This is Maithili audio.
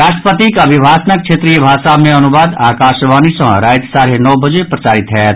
राष्ट्रपतिक अभिभाषणक क्षेत्रीय भाषा मे अनुवाद आकाशवाणी सँ राति साढ़े नओ बजे प्रसारित होयत